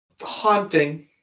haunting